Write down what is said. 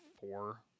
four